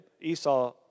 Esau